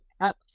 up